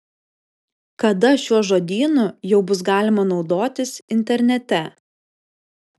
kada šiuo žodynu jau bus galima naudotis internete